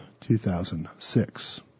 2006